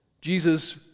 Jesus